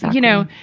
you know,